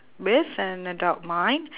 with an adult mind